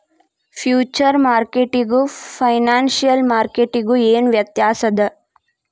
Future ಮಾರ್ಕೆಟಿಗೂ financial ಮಾರ್ಕೆಟಿಗೂ ಏನ್ ವ್ಯತ್ಯಾಸದ?